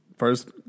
First